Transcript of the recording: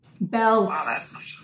Belts